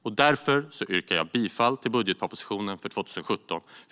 Jag yrkar därför bifall till budgetpropositionen för 2017.